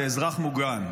לאזרח מוגן.